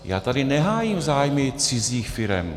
Já tu nehájím zájmy cizích firem.